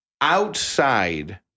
Outside